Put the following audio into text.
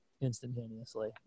instantaneously